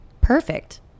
Perfect